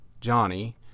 Johnny